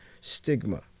stigma